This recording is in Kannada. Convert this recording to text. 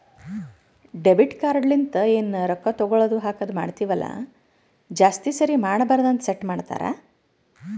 ಡೆಬಿಟ್ ಕಾರ್ಡ್ ಲಿಂತ ಎನ್ ರೊಕ್ಕಾ ತಗೊಳದು ಹಾಕದ್ ಮಾಡ್ತಿವಿ ಅಲ್ಲ ಜಾಸ್ತಿ ಸರಿ ಮಾಡಬಾರದ ಅಂತ್ ಸೆಟ್ ಮಾಡ್ತಾರಾ